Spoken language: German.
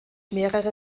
mehrere